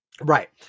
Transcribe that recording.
Right